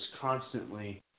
constantly